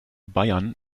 bayern